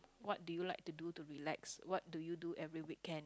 what do you like to do to relax what do you do every weekend